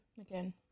Again